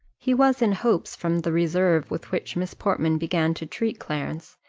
he was in hopes, from the reserve with which miss portman began to treat clarence,